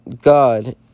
God